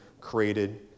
created